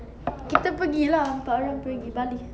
kita pergi lah empat orang pergi bali